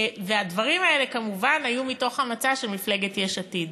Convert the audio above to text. והדברים האלה כמובן היו מתוך המצע של מפלגת יש עתיד.